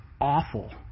awful